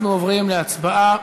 אנחנו עוברים להצבעה